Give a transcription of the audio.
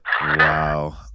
Wow